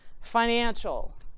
financial